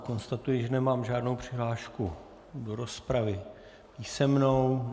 Konstatuji, že nemám žádnou přihlášku do rozpravy písemnou.